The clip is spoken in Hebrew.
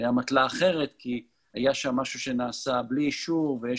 באמתלה אחרת כי היה שם משהו שנעשה בלי אישור והיה